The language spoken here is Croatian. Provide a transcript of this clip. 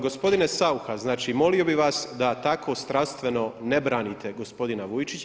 Gospodine Saucha, znači molio bih vas da tako strastveno ne branite gospodina Vujčića.